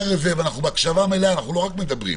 אנחנו בהקשבה מלאה.